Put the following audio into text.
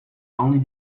only